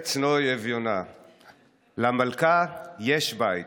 ארץ נוי אביונה, / למלכה יש בית,